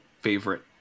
favorite